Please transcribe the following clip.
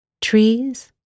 trees